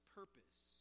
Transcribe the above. purpose